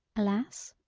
alas?